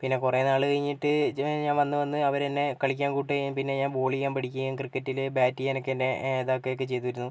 പിന്നെ കുറെ നാൾ കഴിഞ്ഞിട്ട് ഞാൻ വന്ന് വന്ന് അവരെന്നെ കളിക്കാൻ കൂട്ടുകയും പിന്നെ ഞാൻ ബോൾ ചെയ്യാൻ പഠിക്കയും ക്രിക്കറ്റിലെ ബാറ്റ് ചെയ്യാനൊക്കെ എന്നെ ഇതാക്കൊക്കെ ചെയ്തിരുന്നു